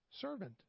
Servant